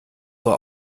nur